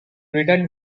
returned